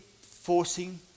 forcing